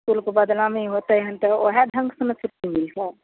इसकुलके बदलामी होतै हन तऽ ओएह ढङ्ग से ने छुट्टी मिलतै